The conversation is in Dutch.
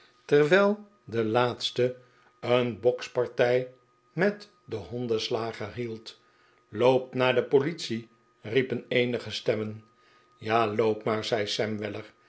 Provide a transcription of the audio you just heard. terwijl de laatste eeri bokspartij met den hondensla'ger hield loop naar de politie riepen eenige stemmen ja loop maar j zei sam weller